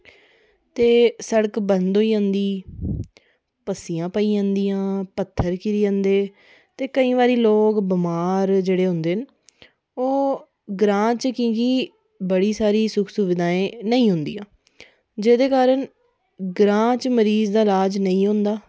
ते शिड़क बंद होई जंदी पस्सियां पेई जंदियां पत्थर पेई जंदे केंई बारी लोक बमार जेह्डे़ होंदे न ओह् ग्रां गी बड़ी सारी सुख सुबिधा नेईं होंदी जेहदे कारण ग्रां च मरीज दा लाज नेई होंदा